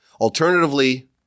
Alternatively